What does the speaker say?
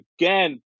again